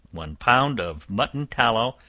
one pound of mutton tallow,